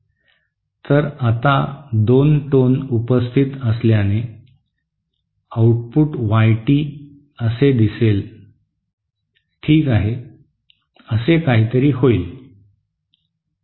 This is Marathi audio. तर आता दोन टोन उपस्थित असल्याने आउटपुट वाई टी असे दिले जाईल ठीक आहे असे काहीतरी होईल